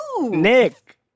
Nick